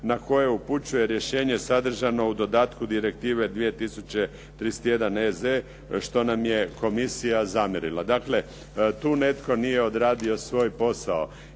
na koje upućuje rješenje sadržano u dodatku direktive 2031EZ što nam je Komisija zamjerila.“ Dakle, tu netko nije odradio svoj posao.